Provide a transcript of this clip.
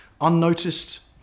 unnoticed